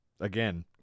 Again